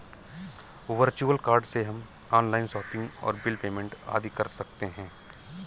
virtual card से हम online shopping और बिल पेमेंट आदि कर सकते है